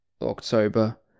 October